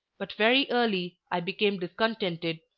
but very early i became discontented.